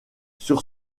sur